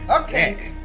Okay